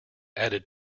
added